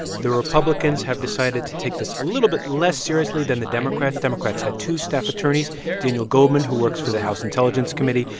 the republicans have decided to take this a little bit less seriously than the democrats. democrats had two staff attorneys daniel goldman, who works for the house intelligence committee,